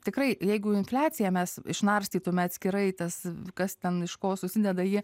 tikrai jeigu infliaciją mes išnarstytume atskirai tas kas ten iš ko susideda ji